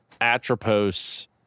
Atropos